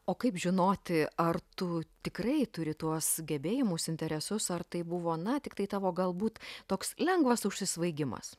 o kaip žinoti ar tu tikrai turi tuos gebėjimus interesus ar tai buvo na tiktai tavo galbūt toks lengvas užsisvaigimas